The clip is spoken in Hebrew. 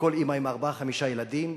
וכל אמא עם ארבעה-חמישה ילדים,